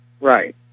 Right